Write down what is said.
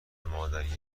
مادری